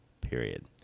period